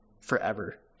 forever